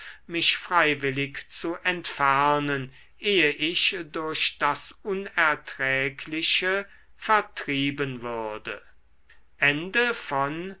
mich freiwillig zu entfernen ehe ich durch das unerträgliche vertrieben würde